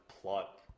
plot